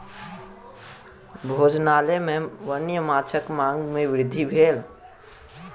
भोजनालय में वन्य माँछक मांग में वृद्धि भेल